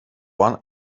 one